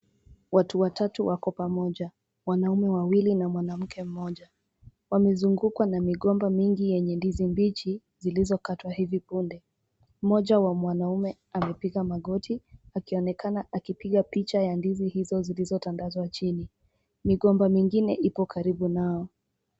Watu watatu wako pamoja, wanaume wawili na mwanamke mmoja. Wamezungukwa na migomba mingi yenye ndizi mbichi zilizokatwa hivi punde. Moja wa mwanaume amepiga magoti akionekana akipiga picha ya ndizi hizo zilizotandazwa chini, migomba mingine ipo karibu nao.